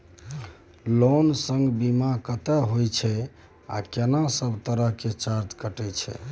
Loan संग बीमा कत्ते के होय छै आ केना सब तरह के चार्ज कटै छै?